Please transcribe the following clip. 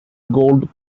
gold